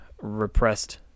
repressed